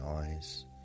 eyes